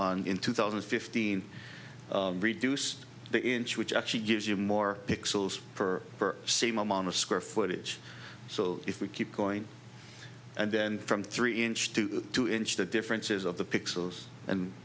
on in two thousand and fifteen reduce the inch which actually gives you more pixels per same amount of square footage so if we keep going and then from three inch to two inch the difference is of the pixels and